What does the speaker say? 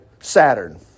Saturn